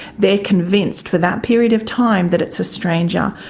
they are convinced for that period of time that it's a stranger.